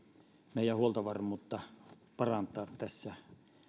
meidän huoltovarmuuttamme parantaa tässä